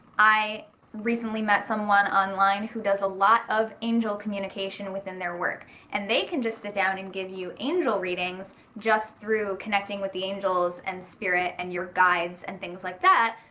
i recently met someone online who does a lot of angel communication within their work and they can just sit down and you angel readings just through connecting with the angels and spirit and your guides and things like that.